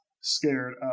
scared